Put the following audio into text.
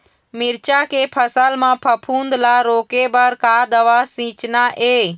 मिरचा के फसल म फफूंद ला रोके बर का दवा सींचना ये?